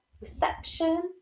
Reception